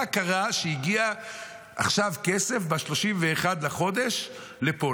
מה קרה שהגיע עכשיו כסף ב-31 לחודש לפה.